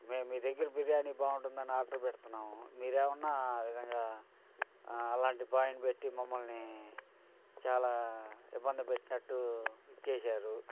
మేము మీ దగ్గర బిర్యానీ బాగుంటుందని ఆర్డర్ పెడుతున్నాము మీరేమన్నా ఆ విధంగా అలాంటి బాయ్ని పెట్టి మమ్మల్ని చాలా ఇబ్బంది పెట్టినట్టు చేశారు